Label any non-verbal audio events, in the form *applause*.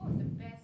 *breath*